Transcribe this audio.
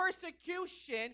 persecution